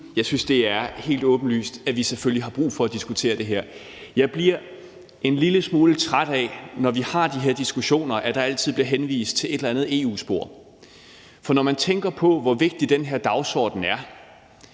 Jeg synes, det er helt åbenlyst, at vi selvfølgelig har brug for at diskutere det her. Jeg bliver en lille smule træt af, når vi har de her diskussioner, at der altid bliver henvist til et eller andet EU-spor, for når man tænker på, hvor vigtig den her dagsorden er,